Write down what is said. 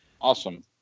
Awesome